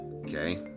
Okay